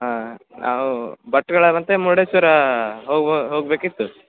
ಹಾಂ ನಾವು ಭಟ್ಕಳ ಮತ್ತು ಮುರುಡೇಶ್ವರ ಹೋಗುವ ಹೋಗ್ಬೇಕಿತ್ತು